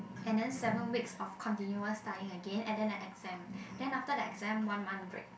and then seven weeks of continuous studying again and then the exam then after the exam one month break